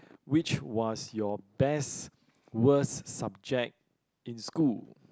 which was your best worst subject in school